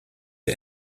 der